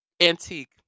Antique